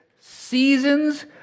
seasons